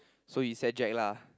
so you said Jack lah